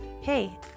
hey